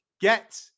Get